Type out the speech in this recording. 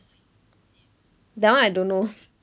that one I don't know